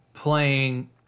playing